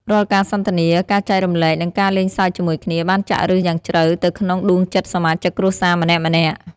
រាល់ការសន្ទនា ការចែករំលែក និងការលេងសើចជាមួយគ្នា បានចាក់ឬសយ៉ាងជ្រៅទៅក្នុងដួងចិត្តសមាជិកគ្រួសារម្នាក់ៗ។